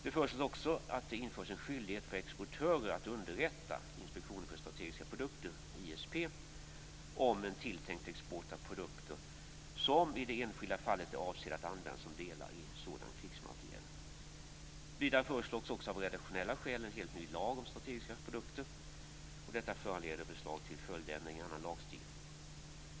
Det föreslås också att det införs en skyldighet för exportörer att underrätta Inspektionen för strategiska produkter, ISP, om en tilltänkt export av produkter som i det enskilda fallet är avsedda att användas som delar i sådan krigsmateriel. Vidare föreslås också av redaktionella skäl en helt ny lag om strategiska produkter. Detta föranleder förslag till följdändringar i annan lagstiftning.